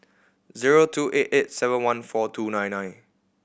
zero two eight eight seven one four two nine nine